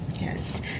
Yes